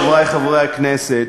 חברי חברי הכנסת,